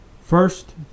first